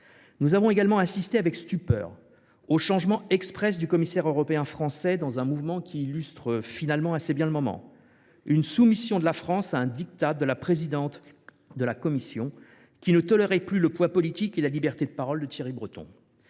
Nous avons également assisté avec stupeur au changement express du commissaire européen français, dans un mouvement qui illustre finalement assez bien le moment : une soumission de la France à un diktat de la présidente de la Commission, qui ne tolérait plus le poids politique et la liberté de parole de Thierry Breton.